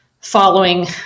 following